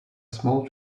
small